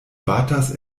batas